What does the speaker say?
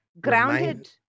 grounded